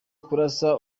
kurasa